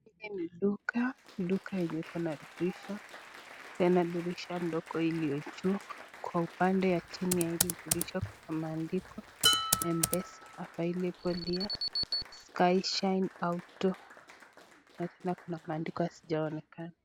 Hapa ni duka, duka yenye Iko na dirisha tena dirisha ndogo ilio juu Kwa upande ya chini ya hii dirisha imeandikwa mpesa hapa hili kulia sky shine auto na ingine imeandikwa sijsona.